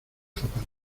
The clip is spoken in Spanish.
zapatos